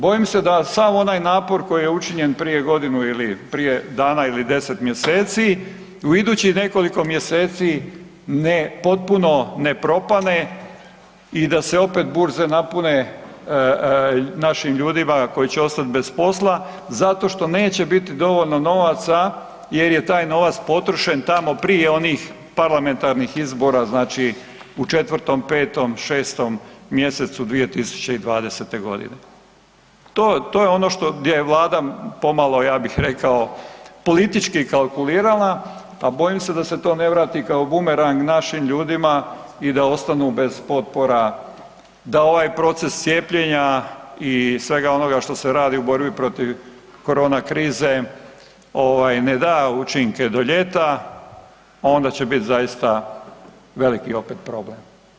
Bojim se da sav onaj napor koji je učinjen prije godinu dana ili 10 mjeseci u idućih nekoliko mjeseci potpuno ne propadne i da se opet burze napune našim ljudima koji će ostati bez posla zato što neće biti dovoljno novaca jer je taj novac potrošen tamo prije onih parlamentarnih izbora u 4., 5., 6.mjesecu 20120g. To je ono gdje je Vlada pomalo ja bih rekao politički kalkulirala, a bojim se da se to ne vrati kao bumerang našim ljudima i da ostanu bez potpora, da ovaj proces cijepljenja i svega onoga što se radi u borbi protiv korona krize ne da učinke do ljeta, onda će biti zaista veliki opet problem.